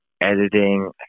editing